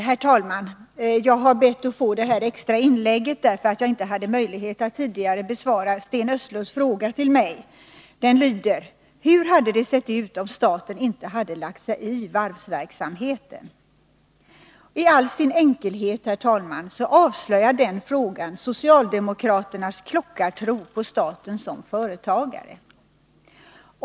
Herr talman! Jag har bett att få göra det här extra inlägget i debatten, eftersom jag inte hade möjlighet att tidigare besvara Sten Östlunds fråga till mig. Han frågade: Hur hade det sett ut om staten inte hade lagt sig i varvsverksamheten? I all sin enkelhet, herr talman, avslöjar den frågan socialdemokraternas klockartro på staten som företagare.